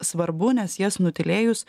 svarbu nes jas nutylėjus